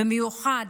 במיוחד